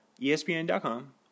ESPN.com